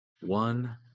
one